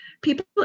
people